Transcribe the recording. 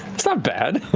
that's not bad.